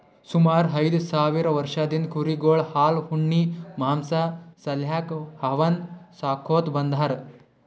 ಸುಮಾರ್ ಐದ್ ಸಾವಿರ್ ವರ್ಷದಿಂದ್ ಕುರಿಗೊಳ್ ಹಾಲ್ ಉಣ್ಣಿ ಮಾಂಸಾ ಸಾಲ್ಯಾಕ್ ಅವನ್ನ್ ಸಾಕೋತ್ ಬಂದಾರ್